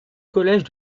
collège